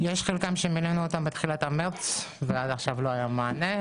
חלקם מילאו אותו בתחילת מרץ ועד עכשיו לא היה מענה.